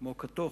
כמו קאטו,